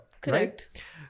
Correct